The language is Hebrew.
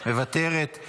מוותרת.